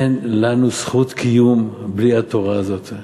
אין לנו זכות קיום בלי התורה הזאת.